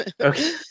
Okay